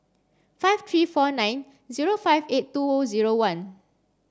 five three four nine zero five eight two zero one